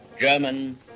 German